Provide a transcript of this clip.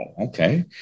Okay